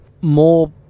more